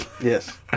yes